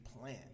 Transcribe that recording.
plan